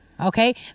Okay